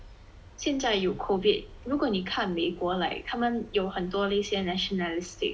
现在有 COVID 如果你看美国 like 他们有很多那些 nationalistic